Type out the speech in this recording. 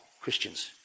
Christians